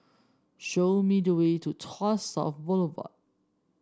show me the way to Tuas South Boulevard